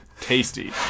tasty